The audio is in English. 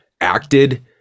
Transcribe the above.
acted